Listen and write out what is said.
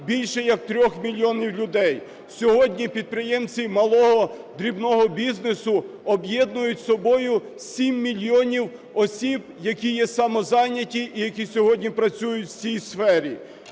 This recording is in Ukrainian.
більш як 3 мільйонам людей. Сьогодні підприємці малого, дрібного бізнесу об'єднують собою 7 мільйонів осіб, які є самозайняті і які сьогодні працюють в цій сфері.